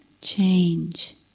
change